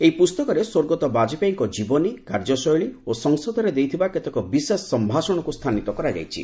ଏହି ପୁସ୍ତକରେ ସ୍ୱର୍ଗତଃ ବାଜପେୟୀଙ୍କ ଜୀବନୀ କାର୍ଯ୍ୟଶୈଳୀ ଓ ସଂସଦରେ ଦେଇଥିବା କେତେକ ବିଶେଷ ସଂଭାଷଣକୁ ସ୍ଥାନିତ କରାଯାଇଛି